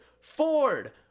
Ford